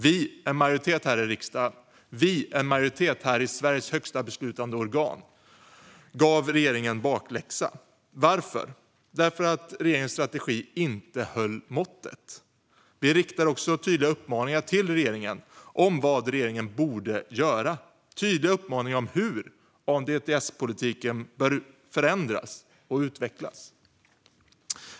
Vi, en majoritet här i riksdagen och alltså en majoritet i Sveriges högsta beslutande organ, gav regeringen bakläxa. Varför? Därför att regeringens strategi inte höll måttet. Vi riktade också tydliga uppmaningar till regeringen om vad regeringen borde göra. Det var tydliga uppmaningar om hur ANDTS-politiken bör förändras och utvecklas.